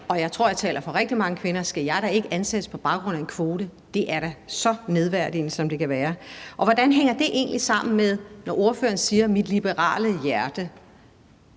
og jeg tror, at jeg taler for rigtig mange kvinder – skal jeg da ikke ansættes på baggrund af en kvote. Det er da så nedværdigende, som det kan være. Og hvordan hænger det egentlig sammen med, når ordføreren siger »mit liberale hjerte«?